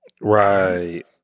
Right